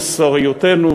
מוסריותנו.